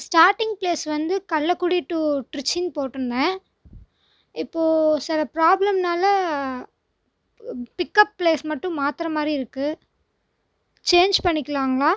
starting place வந்து Kallakudi to திரிச்சினு போட்டுயிருந்தேன் இப்போது சில ப்ரோப்லம்னால் பிக்கப் பிளேஸ் மட்டும் மாற்றுமாரி இருக்குது சேஞ் பண்ணியிக்கலாங்களா